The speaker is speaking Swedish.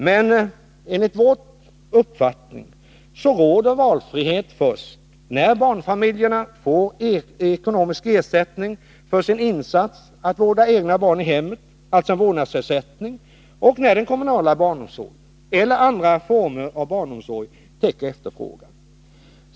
Men enligt vår uppfattning råder valfrihet först när barnfamiljerna får ekonomisk ersättning för sin insats att vårda egna barn i hemmet — alltså en vårdnadsersättning — och när den kommunala barnomsorgen eller andra former av barnomsorg täcker efterfrågan.